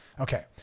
Okay